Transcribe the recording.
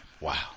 Wow